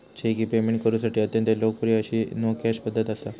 check ही payment करुसाठी अत्यंत लोकप्रिय अशी नो कॅश पध्दत असा